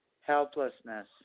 Helplessness